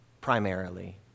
primarily